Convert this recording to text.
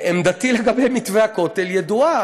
עמדתי לגבי מתווה הכותל ידועה,